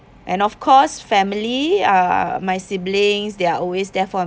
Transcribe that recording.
and of course family uh my siblings they are always there for